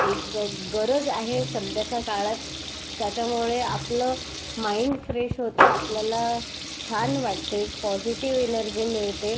एक गरज आहे सध्याच्या काळात त्याच्यामुळे आपलं माइंड फ्रेश होतं आपल्याला छान वाटते पॉजिटिव एनर्जी मिळते